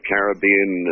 Caribbean